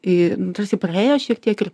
į tarsi praėjo šiek tiek ir